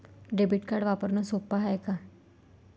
Debit card वापरणं सोप हाय का?